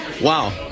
wow